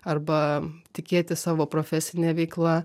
arba tikėti savo profesine veikla